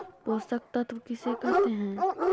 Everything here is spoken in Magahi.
पोषक तत्त्व किसे कहते हैं?